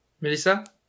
Melissa